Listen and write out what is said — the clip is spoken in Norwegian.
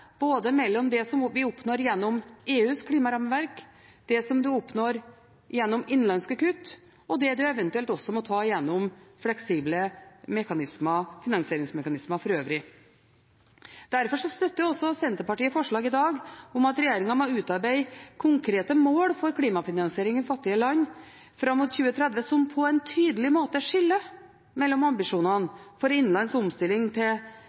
oppnår gjennom EUs klimarammeverk, det som en oppnår gjennom innenlandske kutt, og det en eventuelt også må ta gjennom fleksible finansieringsmekanismer for øvrig. Derfor er Senterpartiet medforslagsstiller til forslaget i dag om at regjeringen må utarbeide konkrete mål for klimafinansiering i fattige land fram mot 2030, som på en tydelig måte skiller mellom ambisjonene for innenlands omstilling til